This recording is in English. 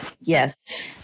Yes